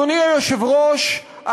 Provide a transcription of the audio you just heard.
אדוני היושב-ראש,